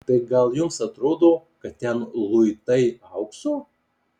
tai gal jums atrodo kad ten luitai aukso